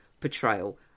portrayal